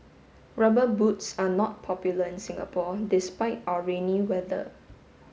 rubber boots are not popular in Singapore despite our rainy weather